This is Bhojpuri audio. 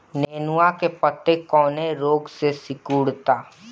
नेनुआ के पत्ते कौने रोग से सिकुड़ता?